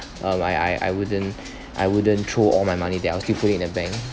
uh my I I wouldn't I wouldn't throw all my money there I'll still put it in a bank